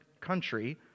country